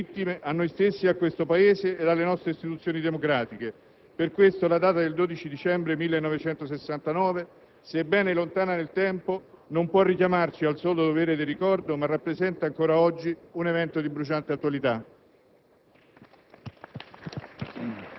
Lo dobbiamo a tutte le vittime, a noi stessi e a questo Paese e alle nostre istituzioni democratiche. Per questo, la data del 12 dicembre 1969, sebbene lontana nel tempo, non può richiamarci al solo dovere del ricordo, ma rappresenta ancora oggi un evento di bruciante attualità.